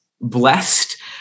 blessed